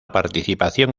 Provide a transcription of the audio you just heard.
participación